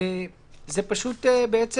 זה מקום